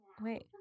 wait